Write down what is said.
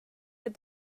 did